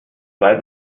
weit